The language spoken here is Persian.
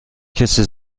کسی